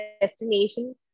destination